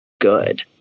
good